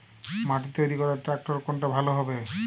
মাটি তৈরি করার ট্রাক্টর কোনটা ভালো হবে?